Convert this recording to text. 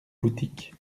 boutique